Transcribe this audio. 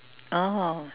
oh